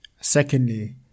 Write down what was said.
Secondly